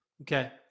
Okay